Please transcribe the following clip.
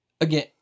again